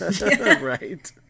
Right